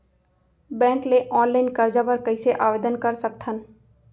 Bank ले online करजा बर कइसे आवेदन कर सकथन?